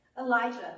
elijah